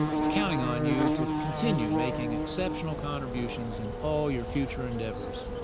we're counting on you to continue making exceptional contributions in all your future endeavors.